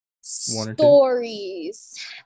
stories